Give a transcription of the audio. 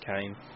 came